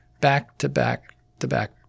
back-to-back-to-back